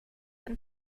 and